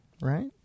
right